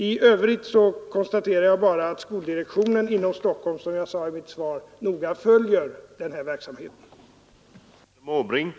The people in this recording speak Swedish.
I övrigt konstaterar jag bara som jag också sade i mitt svar — att skoldirektionen i Stockholm med stor uppmärksamhet följer den verksamhet det här gäller.